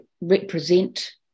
represent